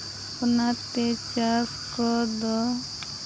ᱚᱱᱟᱛᱮ ᱪᱟᱥ ᱠᱚᱫᱚ